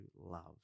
love